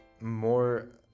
more